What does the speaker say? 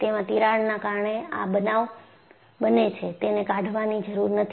તેમાં તિરાડના કારણે આ બનવ બને છે તેને કાઢવાની જરૂર નથી